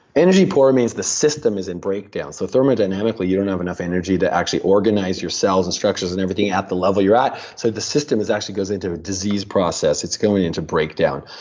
energy-poor means the system is in breakdown, so thermodynamically, you don't have enough energy to actually organize your cells, and structures, and everything, at the level you're at, so the system actually goes into a disease process. it's going into breakdown.